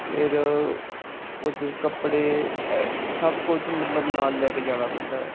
ਫਿਰ ਕੁਝ ਕੱਪੜੇ ਐ ਸਭ ਕੁਛ ਮਤਲਬ ਨਾਲ ਲੈ ਕੇ ਜਾਣਾ ਪੈਂਦਾ ਹੈ